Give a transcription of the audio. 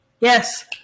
Yes